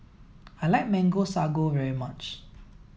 I like Mango Sago very much